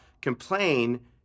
complain